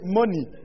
money